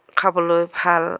খাবলৈ ভাল